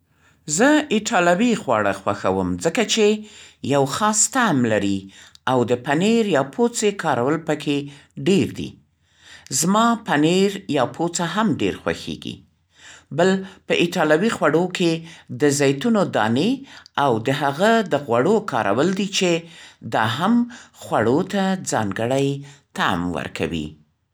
زه ایټالوي خواړه خوښوم. ځکه چې یو خاص طعم لري او د پنېر یا پوڅې کارول پکې ډېر دي. زما پنېر یا پوڅه هم ډېر خوښېږې. بل په ایټالوي خوړو کې د زیتونو دانې او د هغه د غوړو کارول دي چې دا هم خوړو ته ځانګړی طعم ورکوي.